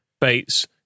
Bates